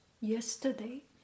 yesterday